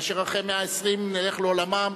כאשר אחרי מאה-ועשרים נלך לעולמנו.